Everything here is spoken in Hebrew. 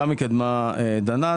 גם מקדמת דנא,